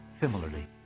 similarly